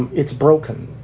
and it's broken.